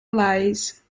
allies